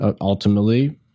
ultimately